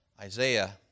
Isaiah